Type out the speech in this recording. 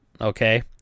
Okay